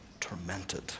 tormented